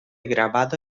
grabado